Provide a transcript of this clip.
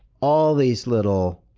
all these little,